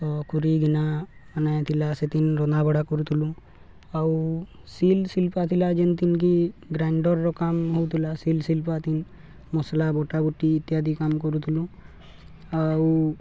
ତ ଖୁୁରୀ ଗିନା ମାନେ ଥିଲା ସେଥିନ୍ ରନ୍ଧା ବଢ଼ା କରୁଥିଲୁ ଆଉ ଶିଲ ଶିଳ୍ପା ଥିଲା ଯେମତିନ କି ଗ୍ରାଇଣ୍ଡର୍ର କାମ ହେଉଥିଲା ଶିଲ ଶିଳ୍ପା ନ୍ ମସଲା ବଟା ବୁଟି ଇତ୍ୟାଦି କାମ କରୁଥିଲୁ ଆଉ